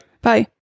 Bye